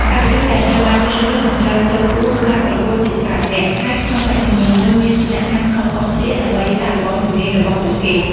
បេក្ខជនដែលត្រូវបានជ្រើសរើសនឹងត្រូវចូលរួមការប្រកួតជាច្រើនវគ្គ ហើយក្នុងវគ្គនីមួយៗមានលក្ខខណ្ឌខុសៗគ្នាដើម្បីសាកល្បងជំនាញរបស់ពួកគេ។